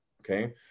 okay